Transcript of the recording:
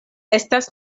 estas